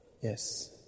Yes